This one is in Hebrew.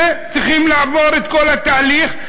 והיו צריכים לעבור את כל התהליך.